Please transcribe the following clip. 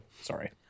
Sorry